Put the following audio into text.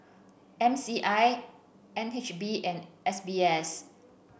M C I N H B and S B S